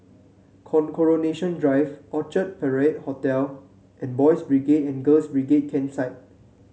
Coronation Drive Orchard Parade Hotel and Boys' Brigade and Girls' Brigade Campsite